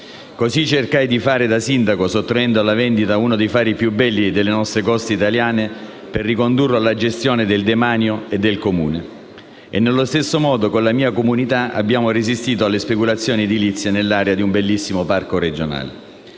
Così cercai di fare da sindaco, sottraendo alla vendita uno dei fari più belli delle nostre coste italiane per ricondurlo alla gestione del demanio e del Comune; nello stesso modo, con la mia comunità abbiamo resistito alle speculazioni edilizie nell'area di un bellissimo parco regionale.